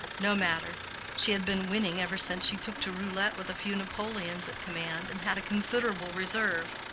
no matter she had been winning ever since she took to roulette with a few napoleons at command, and had a considerable reserve.